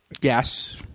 Yes